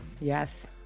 Yes